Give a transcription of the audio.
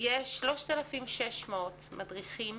יש 3,600 מדריכים